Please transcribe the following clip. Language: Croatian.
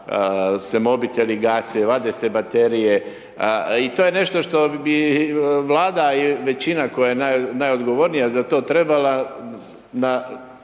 se mobiteli gase, vade se baterije i to je nešto što bi vlada i većina koja je najodgovornija za to trebala